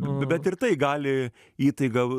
bet ir tai gali įtaiga